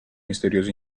misteriosi